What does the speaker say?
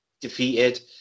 defeated